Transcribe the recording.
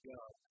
God